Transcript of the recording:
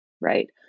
Right